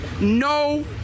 no